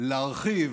להרחיב